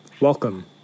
Welcome